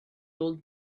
old